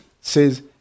says